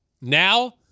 Now